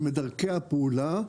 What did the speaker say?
ומדרכי הפעולה,